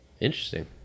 Interesting